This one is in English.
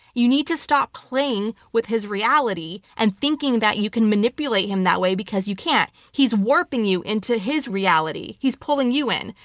you need to stop playing with his reality and thinking that you can manipulate him in that way, because you can't. he's warping you into his reality. he's pulling you in.